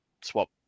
swap